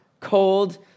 cold